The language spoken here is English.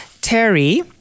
Terry